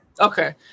Okay